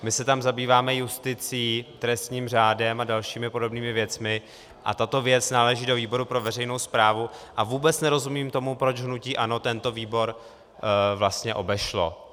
My se tam zabýváme justicí, trestním řádem a dalšími podobnými věcmi a tato věc náleží do výboru pro veřejnou správu a vůbec nerozumím tomu, proč hnutí ANO tento výbor vlastně obešlo.